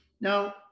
now